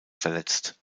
verletzt